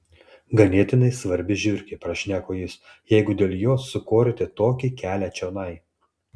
ganėtinai svarbi žiurkė prašneko jis jeigu dėl jos sukorėte tokį kelią čionai